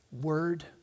word